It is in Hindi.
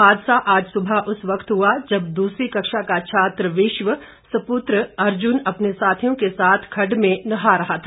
हादसा आज सुबह उस वक्त हुआ जब दूसरी कक्षा का छात्र विश्व सुपुत्र अर्जुन अपने सार्थियों के साथ खड्ड में नहा रहा था